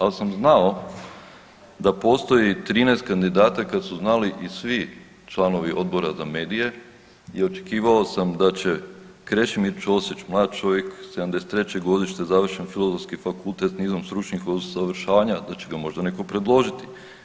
Ali sam znao da postoji 13 kandidata kad su znali i svi članovi Odbora za medije i očekivao sam da će Krešimir Ćosić, mlad čovjek, 1973. godište, završen Filozofski fakultet sa nizom stručnih usavršavanja da će ga možda netko predložiti.